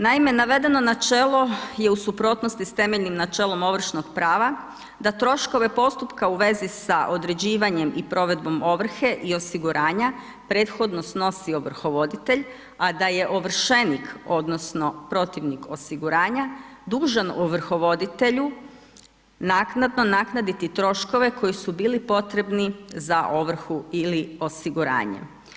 Naime, navedeno načelo je u suprotnosti s temeljnim načelom ovršnog prava da troškove postupka u vezi s određivanjem i provedbom ovrhe i osiguranja prethodno snosi ovrhovoditelj, a da je ovršenik odnosno protivnik osiguranja dužan ovrhovoditelju naknadno naknaditi troškove koji su bili potrebni za ovrhu ili osiguranje.